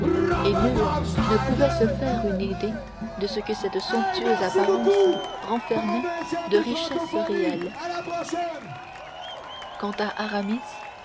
et nul ne pouvait se faire une idée de ce que cette somptueuse apparence renfermait de richesses réelles quant à aramis